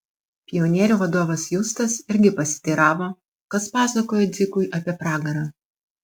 pionierių vadovas justas irgi pasiteiravo kas pasakojo dzikui apie pragarą